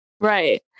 Right